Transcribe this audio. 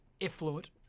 effluent